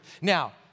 Now